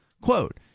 Quote